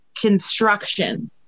construction